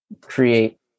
create